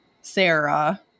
Sarah